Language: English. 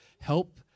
help